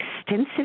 extensive